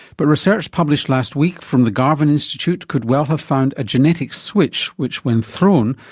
but research published last week from the garvan institute could well have found a genetic switch which, when thrown,